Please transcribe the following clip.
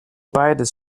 beides